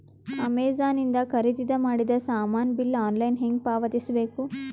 Amazon ಇಂದ ಖರೀದಿದ ಮಾಡಿದ ಸಾಮಾನ ಬಿಲ್ ಆನ್ಲೈನ್ ಹೆಂಗ್ ಪಾವತಿಸ ಬೇಕು?